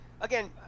again